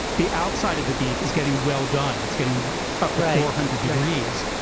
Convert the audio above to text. the outside of the beef is getting well done, it's getting up to four hundred degrees